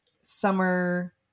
summer